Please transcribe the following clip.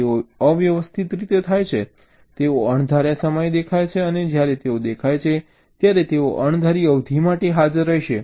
તેઓ અવ્યવસ્થિત રીતે થાય છે તેઓ અણધાર્યા સમયે દેખાય છે અને જ્યારે તેઓ દેખાય છે ત્યારે તેઓ અણધારી અવધિ માટે હાજર રહેશે